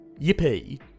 Yippee